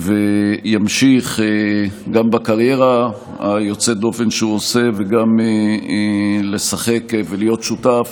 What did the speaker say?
וימשיך גם בקריירה יוצאת הדופן שהוא עושה וגם לשחק ולהיות שותף